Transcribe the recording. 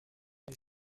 est